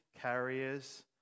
carriers